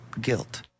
guilt